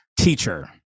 teacher